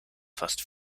fast